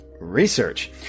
research